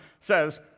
says